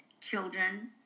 children